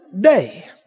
day